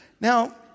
Now